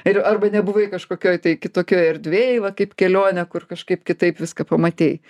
ir arba nebuvai kažkokioj tai kitokioj erdvėj vat kaip kelionė kur kažkaip kitaip viską pamatei